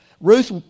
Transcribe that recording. Ruth